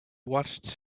watched